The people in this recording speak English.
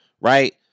right